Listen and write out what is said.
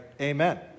Amen